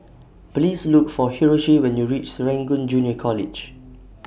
Please Look For Hiroshi when YOU REACH Serangoon Junior College